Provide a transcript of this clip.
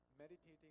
meditating